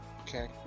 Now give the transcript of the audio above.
Okay